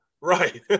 Right